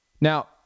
Now